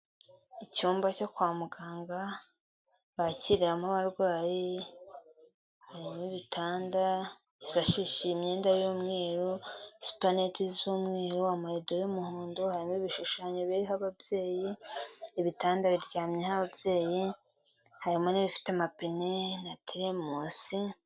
Icyumba cyo kwa muganga bakiriramo abarwaye, harimo ibitanda bisashishije imyenda y'umweru, supanete z'umweru, amarido y'umuhondo, harimo ibishushanyo biriho ababyeyi, ibitanda biryamyeho ababyeyi, harimo n'ibifite amapine na teremusi,...